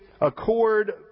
accord